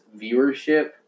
viewership